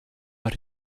but